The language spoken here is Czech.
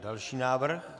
Další návrh.